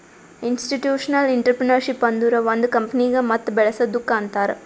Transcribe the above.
institutional intrapreneurship ಅಂದುರ್ ಒಂದ್ ಕಂಪನಿಗ ಮತ್ ಬೇಳಸದ್ದುಕ್ ಅಂತಾರ್